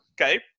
Okay